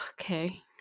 okay